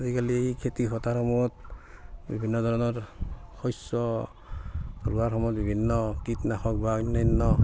আজিকালি খেতিপথাৰসমূহত বিভিন্ন ধৰণৰ শস্য ৰোৱাৰ সময়ত বিভিন্ন কীটনাশক বা আন্যান্য